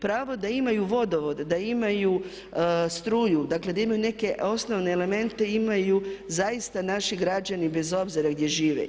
Pravo da imaju vodovod, da imaju struju, dakle da imaju neke osnovne elemente, imaju zaista naši građani bez obzira gdje žive.